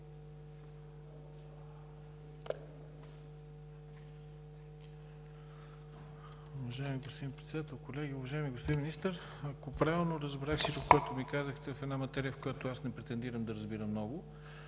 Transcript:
Уважаеми господин Председател, колеги! Уважаеми господин Министър, ако правилно разбрах всичко, което ми казахте, в една материя, в която аз не претендирам да разбирам много,